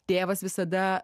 tėvas visada